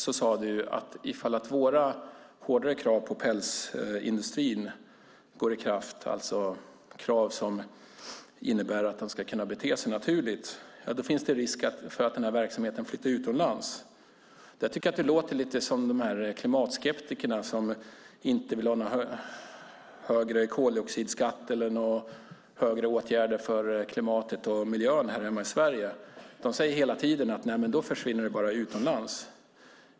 Du sade att ifall våra hårdare krav på pälsindustrin träder i kraft - krav som innebär att djuren ska kunna bete sig naturligt - finns risken att verksamheten flyttar utomlands. Jag tycker att det lite grann låter som när klimatskeptikerna inte vill ha högre koldioxidskatt eller starkare åtgärder för klimatet och miljön hemma i Sverige. Hela tiden säger de att verksamheten då försvinner utomlands.